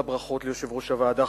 לברכות ליושב-ראש הוועדה,